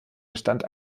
bestand